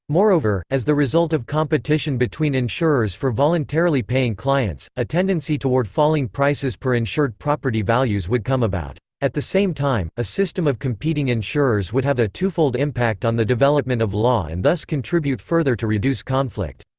moreover, as the result of competition between between insurers for voluntarily paying clients, a tendency toward falling prices per insured property values would come about. at the same time, a system of competing insurers would have a twofold impact on the development of law and thus contribute further to reduce conflict.